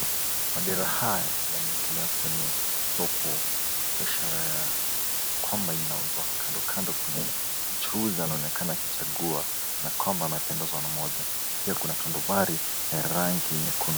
Madera haya yameekelewa kwenye soko kwa ishara ya kwamba inauzwa. Kando kuna mchuuzi anaonekana akichagua kana kwamba amependezwa na moja. Pia kuna tundumbari ya rangi nyekundu.